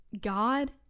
God